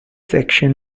section